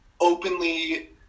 openly